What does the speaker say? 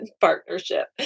partnership